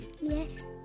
Yes